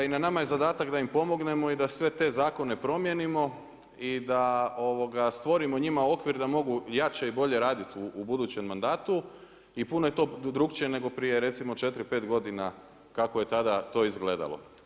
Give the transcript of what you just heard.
I na nama je zadatak da im pognemo i da sve te zakone promijenimo i da stvorimo njima okvir da mogu jače i bolje raditi u budućem mandatu i puno je to drukčije nego prije recimo 4,5 godina kako je tada to izgledalo.